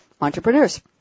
Entrepreneurs